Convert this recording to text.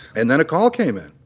and then a call came in